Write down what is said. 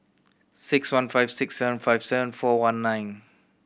six one five six seven five seven four one nine